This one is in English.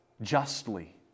Justly